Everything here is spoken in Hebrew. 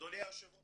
אדוני היושב ראש,